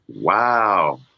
Wow